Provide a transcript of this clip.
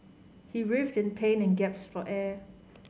he writhed in pain and gaps for air